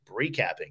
recapping